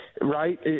right